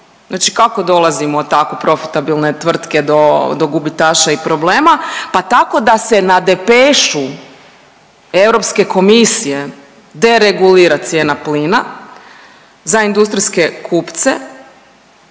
Znači kako dolazimo tako profitabilne tvrtke do gubitaša i problema? Pa tako da se na depešu Europske komisije deregulira cijena plina za industrijske kupce.